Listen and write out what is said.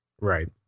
Right